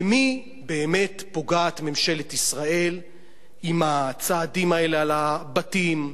במי באמת פוגעת ממשלת ישראל עם הצעדים האלה על הבתים,